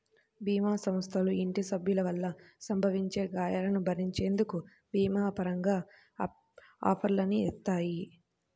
భీమా సంస్థలు ఇంటి సభ్యుల వల్ల సంభవించే గాయాలను భరించేందుకు భీమా పరంగా ఆఫర్లని ఇత్తాయి